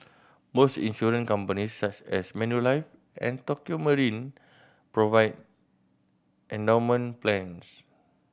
most insurance companies such as Manulife and Tokio Marine provide endowment plans